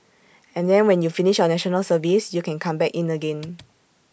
and then when you finish your National Service you can come back in again